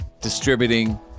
distributing